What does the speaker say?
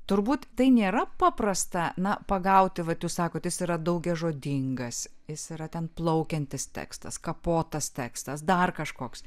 turbūt tai nėra paprasta na pagauti vat jūs sakot jis yra daugžodingas jis yra ten plaukiantis tekstas kapotas tekstas dar kažkoks